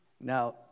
Now